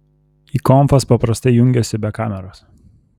į konfas paprastai jungiuosi be kameros